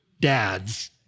dads